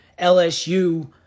LSU